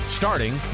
starting